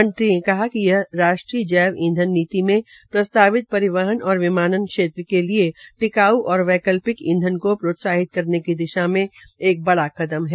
मंत्री ने कहा कि यह राष्ट्रीय जैव ईंधन नीति में प्रस्तावित परिवहन और विमानन क्षेत्र के लिए टिकाऊ और वैकल्पिक ईंधन को प्रोत्साहित करने की दिशा में एक बड़ा कदम है